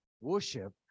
worship